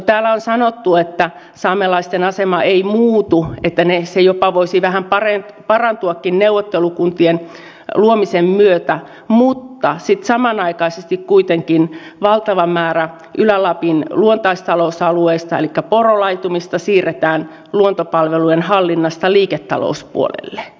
täällä on sanottu että saamelaisten asema ei muutu että se jopa voisi vähän parantuakin neuvottelukuntien luomisen myötä mutta sitten samanaikaisesti kuitenkin valtava määrä ylä lapin luontaistalousalueista elikkä porolaitumista siirretään luontopalveluiden hallinnasta liiketalouspuolelle